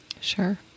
Sure